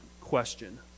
question